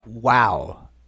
Wow